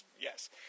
yes